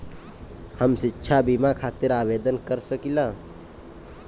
हम शिक्षा बीमा खातिर आवेदन कर सकिला?